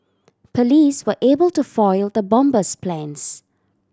police were able to foil the bomber's plans